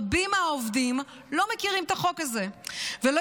רבים מהעובדים לא מכירים את החוק הזה ולא